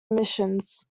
emissions